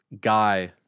Guy